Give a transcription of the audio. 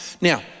Now